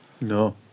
no